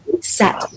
set